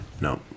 No